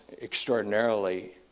extraordinarily